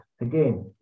Again